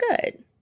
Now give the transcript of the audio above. good